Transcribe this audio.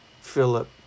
Philip